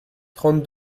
trente